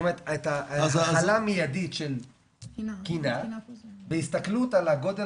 ההתחלה המידית של תקינה בהסתכלות על שטח